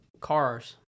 cars